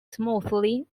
smoothly